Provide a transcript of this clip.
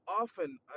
often